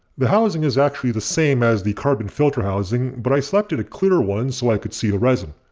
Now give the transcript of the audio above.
the housing is actually the same as the carbon filter housing but i selected a clear one so i could see the resin.